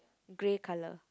grey colour